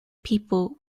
people